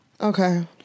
Okay